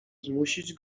zmusić